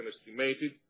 estimated